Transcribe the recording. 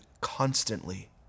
constantly